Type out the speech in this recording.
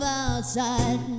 outside